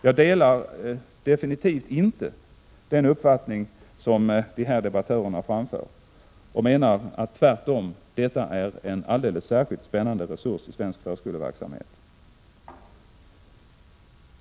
Jag delar absolut inte den uppfattning som de framför, utan menar att detta tvärtom är en alldeles särskilt spännande | resurs i svensk förskoleverksamhet.